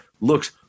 looks